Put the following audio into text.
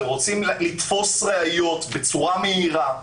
ורוצים לתפוס ראיות בצורה מהירה,